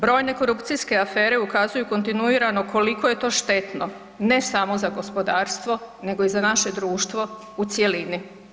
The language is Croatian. Brojne korupcijske afere ukazuju kontinuirano koliko je to štetno ne samo za gospodarstvo nego i za naše društvo u cjelini.